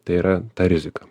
tai yra ta rizika